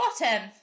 Bottom